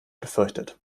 befürchtet